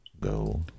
go